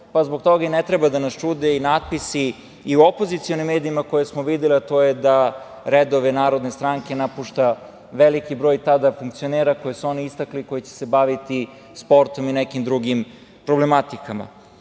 Zbog toga i ne treba da nas čude natpisi i u opozicionim medijima koje smo videli, a to je da redove narodne stranke napušta veliki broj tada funkcionera koje su oni istakli koji će se baviti sportom i nekim drugim problematikama.U